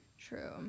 true